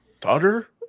daughter